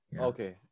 Okay